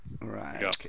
Right